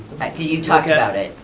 you talked about it.